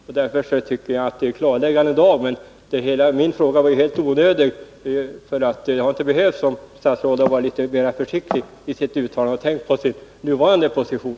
Jag tycker alltså att dagens besked var klarläggande, men jag hade inte behövt framställa min fråga, om statsrådet hade varit litet mera försiktig i sitt uttalande och tänkt på sin nuvarande position.